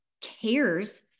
cares